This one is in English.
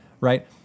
right